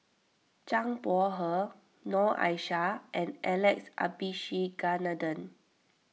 Zhang Bohe Noor Aishah and Alex Abisheganaden